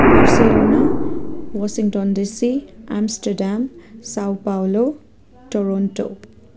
Barcelona Washington DC Amsterdam Sao Paulo Toronto